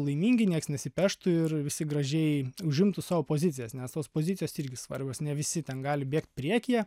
laimingi nieks nesipeštų ir visi gražiai užimtų savo pozicijas nes tos pozicijos irgi svarbios ne visi ten gali bėgt priekyje